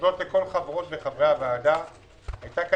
היתה פה